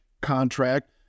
contract